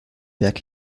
berg